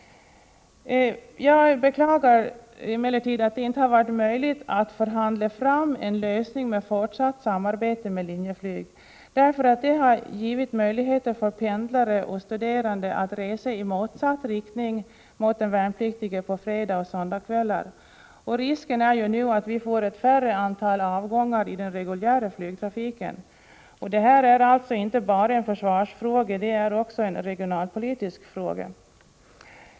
Jag beklagar att det inte har varit möjligt att förhandla fram en lösning med fortsatt samarbete med Linjeflyg, då detta samarbete har givit möjligheter för pendlare och studerande att resa i motsatt riktning mot de värnpliktiga på fredagoch söndagkvällar. Risken är nu att vi får ett färre antal avgångar i den reguljära flygtrafiken. Detta är alltså inte bara en försvarsfråga. Det är också en regionalpolitisk fråga.